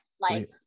like-